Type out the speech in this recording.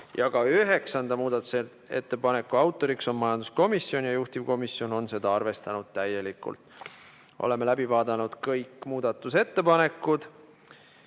Ka üheksanda muudatusettepaneku autor on majanduskomisjon ja juhtivkomisjon on seda arvestanud täielikult. Oleme läbi vaadanud kõik muudatusettepanekud.